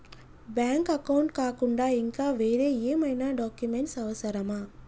Bank account కాకుండా ఇంకా వేరే ఏమైనా డాక్యుమెంట్స్ అవసరమా?